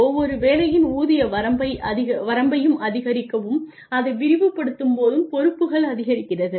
ஒவ்வொரு வேலையின் ஊதிய வரம்பையும் அதிகரிக்கவும் அதை விரிவுபடுத்தும் போதும் பொறுப்புகள் அதிகரிக்கிறது